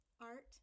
Art